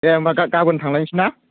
दे होमब्ला गाबोन थांलायसै ना